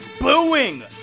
booing